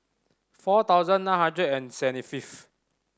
four thousand nine hundred and seventy fifth